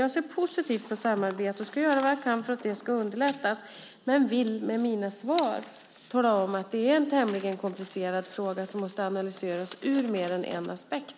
Jag ser positivt på samarbete och ska göra vad jag kan för att det ska underlättas men vill med mina svar tala om att det är en tämligen komplicerad fråga som måste analyseras ur mer än en aspekt.